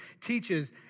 teaches